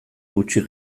hutsik